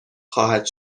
خواهد